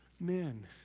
Men